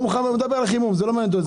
הוא דיבר על חימום באופן